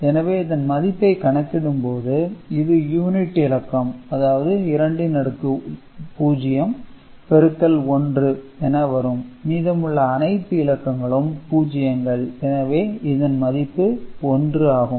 எனவே இதன் மதிப்பை கணக்கிடும் போது இது யூனிட் இலக்கம் அதாவது 2 இன் அடுக்கு 0 பெருக்கல் 1 என வரும் மீதமுள்ள அனைத்து இலக்கங்களும் பூஜ்ஜியங்கள் எனவே இதன் மதிப்பு 1 ஆகும்